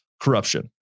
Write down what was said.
corruption